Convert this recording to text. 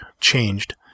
changed